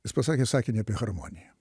jis pasakė sakinį apie harmoniją